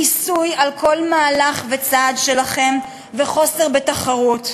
מיסוי של כל מהלך וצעד שלכם וחוסר תחרות.